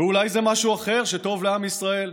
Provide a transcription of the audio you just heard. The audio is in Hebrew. ואולי זה משהו אחר שטוב לעם ישראל?